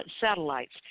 Satellites